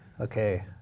okay